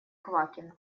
квакин